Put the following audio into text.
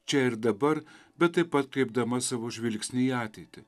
čia ir dabar bet taip pat kreipdama savo žvilgsnį į ateitį